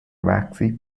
waxy